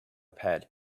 pad